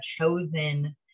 chosen